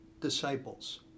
disciples